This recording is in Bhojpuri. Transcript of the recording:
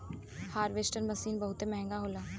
हारवेस्टर मसीन बहुत महंगा होला